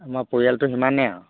আমাৰ পৰিয়ালটো সিমানেই আৰু